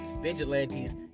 vigilantes